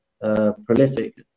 prolific